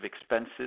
expenses